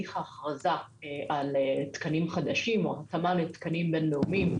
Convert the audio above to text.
הליך האכרזה על תקנים חדשים או התאמה לתקנים בין-לאומיים.